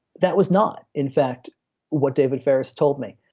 that was not in fact what david farris told me.